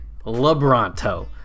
LeBronto